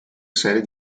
serie